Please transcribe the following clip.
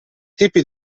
tipi